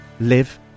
live